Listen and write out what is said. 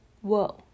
Whoa